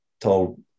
told